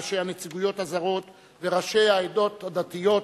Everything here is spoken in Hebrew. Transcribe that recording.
ראשי הנציגויות הזרות וראשי העדות הדתיות בישראל,